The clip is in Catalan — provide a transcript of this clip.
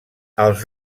els